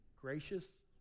gracious